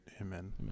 Amen